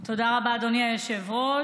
תודה רבה, אדוני היושב-ראש.